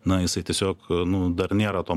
na jisai tiesiog nu dar nėra to